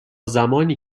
زمانی